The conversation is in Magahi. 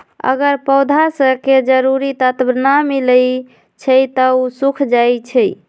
अगर पौधा स के जरूरी तत्व न मिलई छई त उ सूख जाई छई